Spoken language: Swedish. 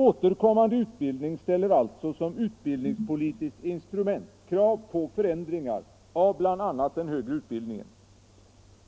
Återkommande utbildning ställer alltså som utbildningspolitiskt instrument krav på förändringar av bl.a. den högre utbildningen.